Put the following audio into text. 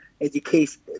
education